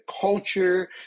culture